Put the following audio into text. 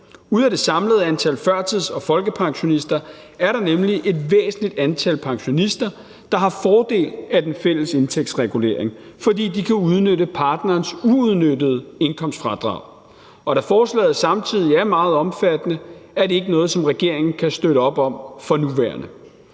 Ud af det samlede antal førtidspensionister og folkepensionister er der nemlig et væsentligt antal pensionister, der har fordel af den fælles indtægtsregulering, fordi de kan udnytte partnerens uudnyttede indkomstfradrag, og da forslaget samtidig er meget omfattende, er det ikke noget, som regeringen kan støtte op om for nuværende.